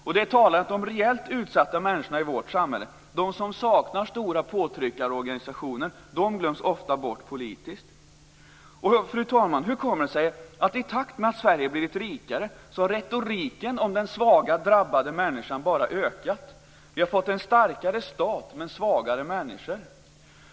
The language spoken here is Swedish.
Det är talande att de reellt utsatta människorna i vårt samhälle som saknar stora påtryckarorganisationer ofta glöms bort politiskt. Fru talman! Hur kommer det sig att i takt med att Sverige blivit rikare har retoriken om den svaga, drabbade människan bara ökat? Vi har fått en starkare stat men svagare människor.